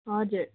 हजुर